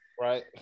Right